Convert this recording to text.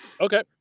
Okay